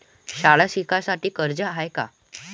शाळा शिकासाठी कर्ज हाय का?